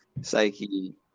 psyche